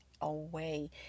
away